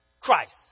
Christ